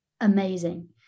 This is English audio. amazing